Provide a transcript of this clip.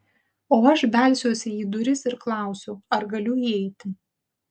o aš belsiuosi į duris ir klausiu ar galiu įeiti